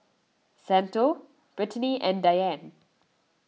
Santo Brittany and Diane